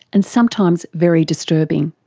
and sometimes very disturbing.